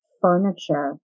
furniture